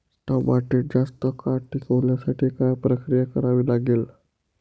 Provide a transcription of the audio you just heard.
टमाटे जास्त काळ टिकवण्यासाठी काय प्रक्रिया करावी लागेल?